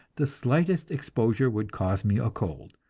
the slightest exposure would cause me a cold,